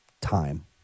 time